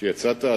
כשיצאת,